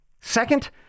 second